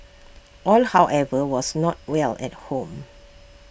all however was not well at home